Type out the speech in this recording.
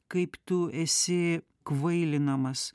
kaip tu esi kvailinamas